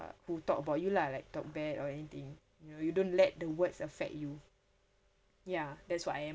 who talk about you lah like talk bad or anything you know you don't let the words affect you ya that's what I